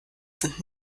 sind